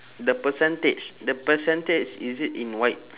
the percentage the percentage is it in white